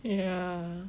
ya